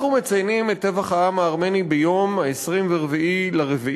אנחנו מציינים את טבח העם הארמני ביום 24 באפריל,